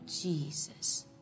Jesus